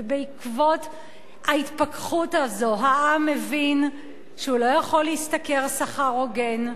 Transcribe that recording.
ובעקבות ההתפכחות הזו העם הבין שהוא לא יכול להשתכר שכר הוגן,